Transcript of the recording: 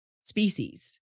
species